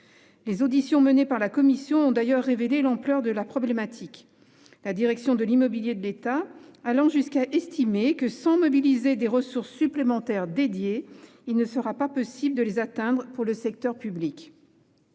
Les auditions menées par la commission ont d'ailleurs révélé l'ampleur de la problématique, la direction de l'immobilier de l'État (DIE) allant jusqu'à estimer que, sans mobiliser des ressources supplémentaires dédiées, il ne sera pas possible d'atteindre les cibles